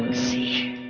see.